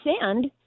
sand